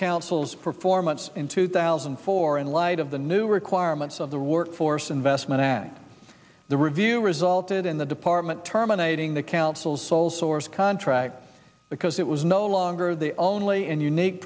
council's performance in two thousand and four in light of the new requirements of the workforce investment act the review resulted in the department terminating the council's sole source contract because it was no longer the only and unique